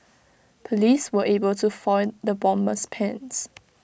Police were able to foil the bomber's plans